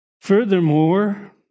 Furthermore